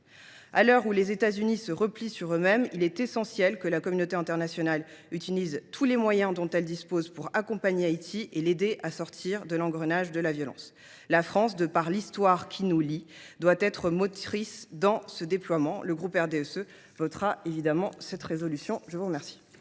À l’heure où les États Unis se replient sur eux mêmes, il est essentiel que la communauté internationale utilise tous les moyens à sa disposition pour accompagner Haïti et l’aider à sortir de l’engrenage de la violence. La France, de par l’histoire qui la lie à ce pays, doit être motrice dans ce déploiement. Le groupe du RDSE votera évidemment cette proposition de résolution.